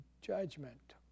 judgment